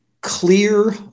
clear